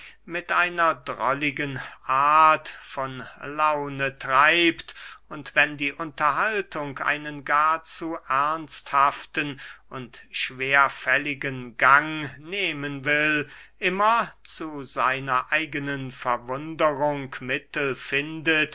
mit einer drolligen art von laune treibt und wenn die unterhaltung einen gar zu ernsthaften und schwerfälligen gang nehmen will immer zu seiner eigenen verwunderung